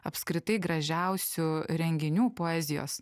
apskritai gražiausių renginių poezijos